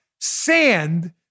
sand